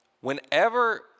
whenever